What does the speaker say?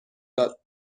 داد